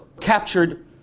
captured